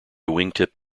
wingtip